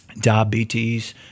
Diabetes